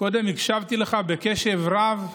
קודם הקשבתי לך בקשב רב,